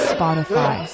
Spotify